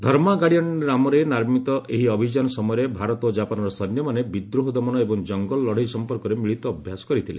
ଧର୍ମାଗାର୍ଡ଼ିଆନ୍ ନାମରେ ନାମିତ ଏହି ଅଭିଯାନ ସମୟରେ ଭାରତ ଓ ଜାପାନ୍ର ସୈନ୍ୟମାନେ ବିଦ୍ରୋହ ଦମନ ଏବଂ ଜଙ୍ଗଲ ଲଢ଼େଇ ସମ୍ପର୍କରେ ମିଳିତ ଅଭ୍ୟାସ କରିଥିଲେ